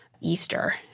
Easter